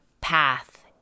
path